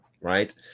right